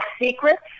Secrets